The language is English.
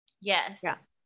yes